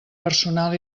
personal